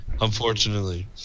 unfortunately